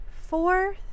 four